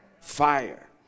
Fire